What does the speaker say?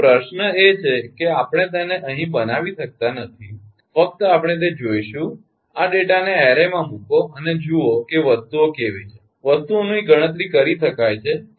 પરંતુ પ્રશ્ન એ છે કે આપણે તેને અહીં બતાવી રહ્યાં નથી ફક્ત આપણે તે જોઇશું આ ડેટાને એરેમાં મૂકો અને જુઓ કે વસ્તુઓ કેવી છે વસ્તુઓની ગણતરી કરી શકાય છે